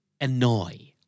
annoy